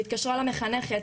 זאת אומרת,